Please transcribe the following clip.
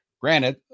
Granted